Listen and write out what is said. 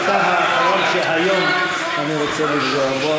אתה האחרון שהיום אני רוצה לפגוע בו,